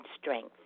strength